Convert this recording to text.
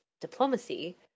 diplomacy